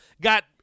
got